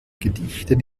gedichten